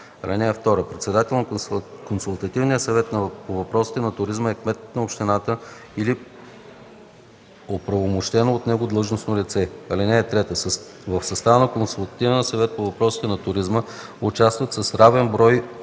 (2) Председател на консултативния съвет по въпросите на туризма е кметът на общината или оправомощено от него длъжностно лице. (3) В състава на консултативния съвет по въпросите на туризма участват с равен брой